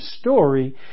story